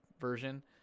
version